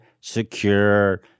secure